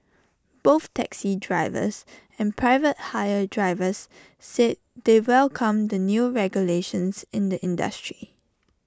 both taxi drivers and private hire drivers said they welcome the new regulations in the industry